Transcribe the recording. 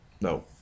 No